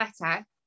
better